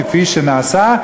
כפי שנעשה,